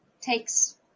takes